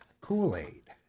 Kool-Aid